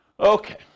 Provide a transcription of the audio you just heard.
Okay